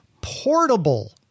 Portable